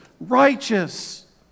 righteous